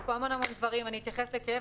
עלו כאן הרבה דברים אבל אני אתייחס לכאב